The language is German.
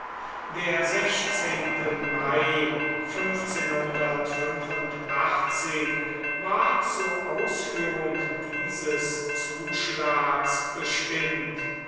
der sechzehnte mai war zu ausführung dieses zuschlags bestimmt